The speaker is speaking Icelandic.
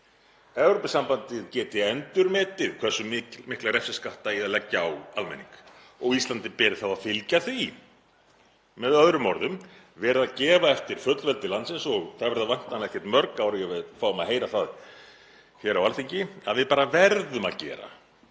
Evrópusambandið geti endurmetið hversu mikla refsiskatta eigi að leggja á almenning og Íslandi beri þá að fylgja því; með öðrum orðum verið að gefa eftir fullveldi landsins og það verða væntanlega ekki mörg ár í að við fáum að heyra það hér á Alþingi að við verðum